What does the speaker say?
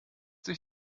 sich